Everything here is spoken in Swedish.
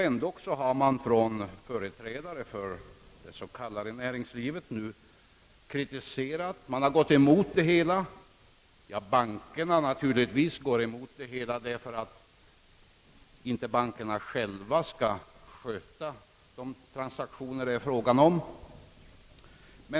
Ändå har man från företrädare för det s.k. näringslivet nu kritiserat förslaget och gått emot det hela. Bankerna går naturligtvis emot förslaget därför att bankerna inte själva skall sköta de transaktioner det är fråga om.